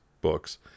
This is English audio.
books